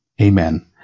Amen